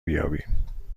بیابیم